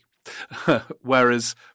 whereas